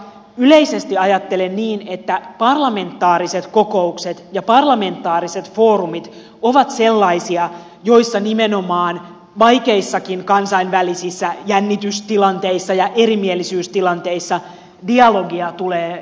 yleisesti ajattelen niin että parlamentaariset kokoukset ja parlamentaariset foorumit ovat sellaisia joissa nimenomaan vaikeissakin kansainvälisissä jännitystilanteissa ja erimielisyystilanteissa dialogia tulee ylläpitää